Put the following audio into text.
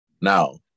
Now